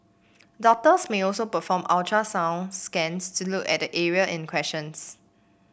doctors may also perform ultrasound scans to look at the area in questions